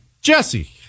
Jesse